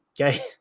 Okay